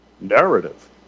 Narrative